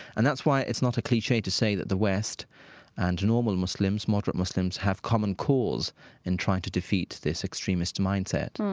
and that's why it's not a cliche to say that the west and normal muslims moderate muslims have common cause in trying to defeat this extremist mind-set.